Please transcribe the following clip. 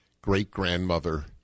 great-grandmother